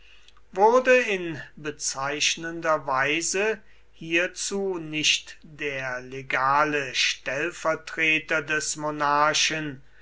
wurde in bezeichnender weise hierzu nicht der legale stellvertreter des monarchen